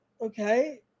okay